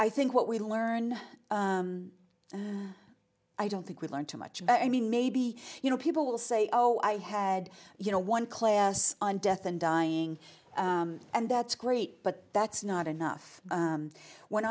i think what we learn and i don't think we learn too much but i mean maybe you know people will say oh i had you know one class on death and dying and that's great but that's not enough when